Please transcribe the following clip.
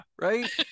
right